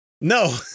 No